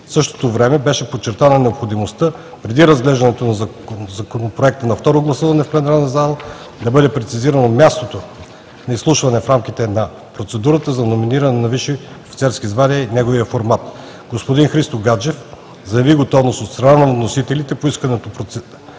В същото време беше подчертана необходимостта, преди разглеждане на законопроекта на второ гласуване в пленарна зала, да бъде прецизирано мястото на изслушването в рамките на процедурата за номиниране с висши офицерски звания и неговия формат. Господин Христо Гаджев заяви готовност, от страна на вносителите, поисканото прецизиране